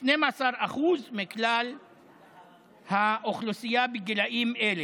12% מכלל האוכלוסייה בגילאים אלה.